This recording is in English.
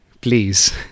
please